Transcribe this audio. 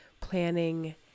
planning